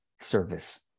service